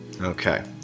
Okay